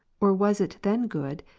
or was it two then good,